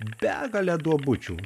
begalę duobučių